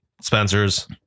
Spencer's